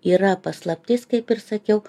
yra paslaptis kaip ir sakiau